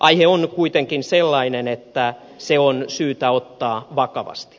aihe on kuitenkin sellainen että se on syytä ottaa vakavasti